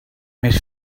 més